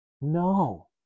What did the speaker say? No